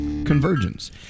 Convergence